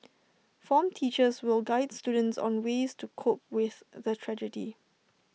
form teachers will Guides students on ways to cope with the tragedy